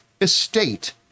estate